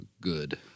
good